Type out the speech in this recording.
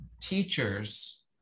teachers